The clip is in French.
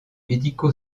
médico